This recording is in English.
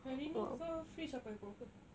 hari ni kau free sampai pukul berapa